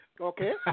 okay